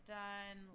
done